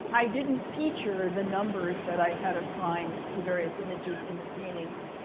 i didn't feature the numbers that i had assigned to various images in the paintings.